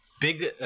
big